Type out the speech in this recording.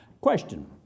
Question